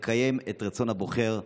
לקיים את רצון הבוחר,